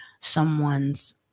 someone's